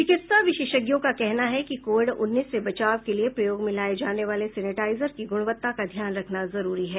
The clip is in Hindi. चिकित्सा विशेषज्ञों का कहना है कि कोविड उन्नीस से बचाव के लिए प्रयोग में लाये जाने वाले सेनेटाइजर की गुणवत्ता का ध्यान रखना जरुरी है